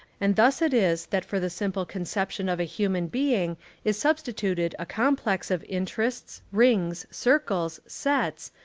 and thus it is that for the simple conception of a human being is substituted a complex of interests, rings, circles, sets,